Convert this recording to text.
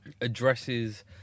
addresses